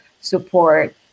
support